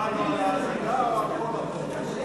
הסביבה להחיל דין רציפות על הצעת חוק לתיקון